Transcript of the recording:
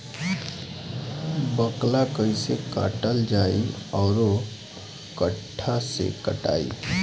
बाकला कईसे काटल जाई औरो कट्ठा से कटाई?